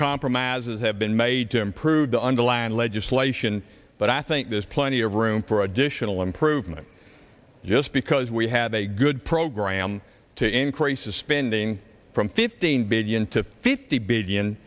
compromises have been made to improve the underlying legislation but i think there's plenty of room for additional improvement just because we have a good program to increases spending from fifteen billion to fifty